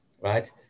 right